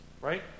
right